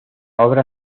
obra